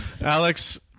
Alex